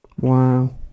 Wow